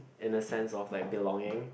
in the sense of like belonging